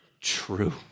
true